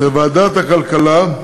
בוועדת הכלכלה,